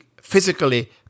physically